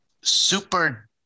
super